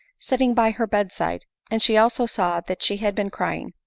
sitting by her bed-side and she also saw that she had been crying.